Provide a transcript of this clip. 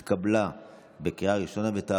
שלא קראו בשמו ומעוניין